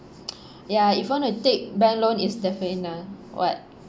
ya if you want to take bank loan is definitely n~ what